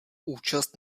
účast